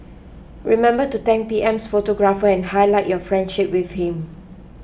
remember to thank P M's photographer and highlight your friendship with him